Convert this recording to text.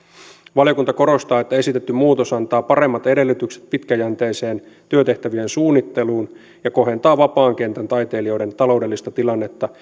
valiokunta korostaa että esitetty muutos antaa paremmat edellytykset pitkäjänteiseen työtehtävien suunnitteluun ja kohentaa vapaan kentän taiteilijoiden taloudellista tilannetta